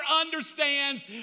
understands